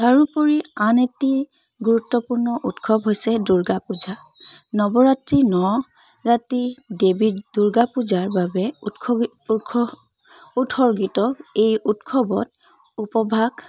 তাৰোপৰি আন এটি গুৰুত্বপূৰ্ণ উৎসৱ হৈছে দূৰ্গা পূজা নৱৰাত্ৰি ন ৰাতি দেৱীক দূৰ্গা পূজাৰ বাবে উৎসৰ্গিত এই উৎসৱত উপবাস